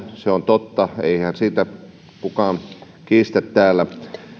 se on totta ja eihän sitä kukaan kiistä täällä